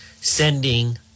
sending